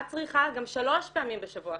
את צריכה גם שלוש פעמים בשבוע,